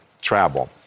travel